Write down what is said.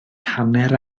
hanner